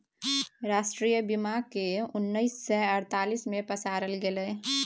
राष्ट्रीय बीमाक केँ उन्नैस सय अड़तालीस मे पसारल गेलै